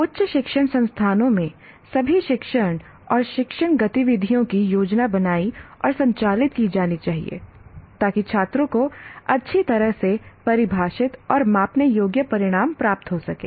उच्च शिक्षण संस्थानों में सभी शिक्षण और शिक्षण गतिविधियों की योजना बनाई और संचालित की जानी चाहिए ताकि छात्रों को अच्छी तरह से परिभाषित और मापने योग्य परिणाम प्राप्त हो सकें